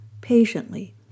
patiently